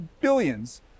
billions